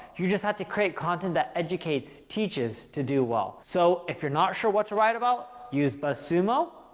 you just have to create content that educates, teaches to do well. so if you're not sure what to write about, use buzzsumo,